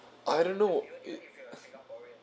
I don't know